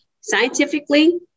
scientifically